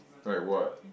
like what